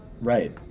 Right